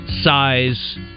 size